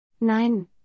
Nein